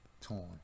Torn